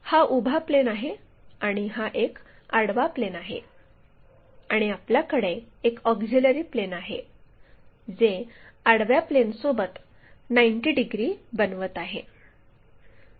हा उभा प्लेन आहे आणि हा एक आडवा प्लेन आहे आणि आपल्याकडे एक ऑक्झिलिअरी प्लेन आहे जे आडव्या प्लेनसोबत 90 डिग्री बनवित आहे